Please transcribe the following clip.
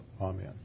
Amen